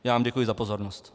Já vám děkuji za pozornost.